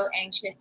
anxious